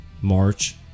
March